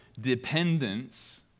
dependence